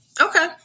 Okay